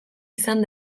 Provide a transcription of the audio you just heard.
izan